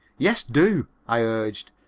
yes, do, i urged,